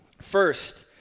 First